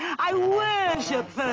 i worship